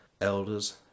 elders